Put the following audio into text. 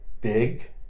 big